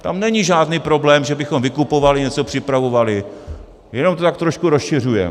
Tam není žádný problém, že bychom vykupovali, něco připravovali, jenom to tak trošku rozšiřujeme.